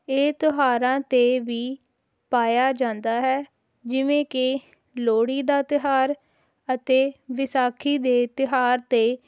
ਇਹ ਤਿਉਹਾਰਾਂ 'ਤੇ ਵੀ ਪਾਇਆ ਜਾਂਦਾ ਹੈ ਜਿਵੇਂ ਕਿ ਲੋਹੜੀ ਦਾ ਤਿਉਹਾਰ ਅਤੇ ਵਿਸਾਖੀ ਦੇ ਤਿਉਹਾਰ 'ਤੇ